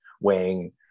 weighing